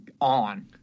on